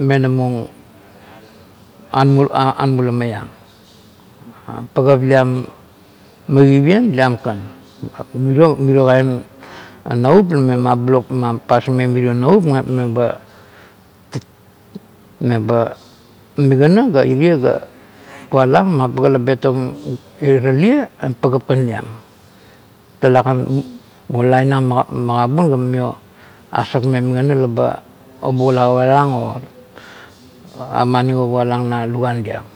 menamang aninula aninula maiang. Pagap liam magip ieng, liam kan. Mirio kan navup la ima blok ma pasimmeng miro navup meba meba migana ga irie kualang mapaga la betong iralie pagap kan liam. Talakan lain iang magabun ba mumion asak meng migana leba obugula kualong o amaning o kualong na laguan liang.